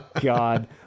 God